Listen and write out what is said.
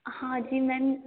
हाँ जी मैम